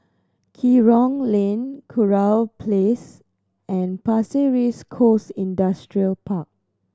Kerong Lane Kurau Place and Pasir Ris Coast Industrial Park